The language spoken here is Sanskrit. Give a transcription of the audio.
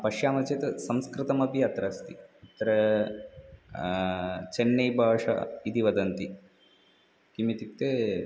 पश्यामः चेत् संस्कृतमपि अत्र अस्ति अत्र चन्नै भाषा इति वदन्ति किम् इत्युक्ते